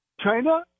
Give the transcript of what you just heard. China